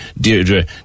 Deirdre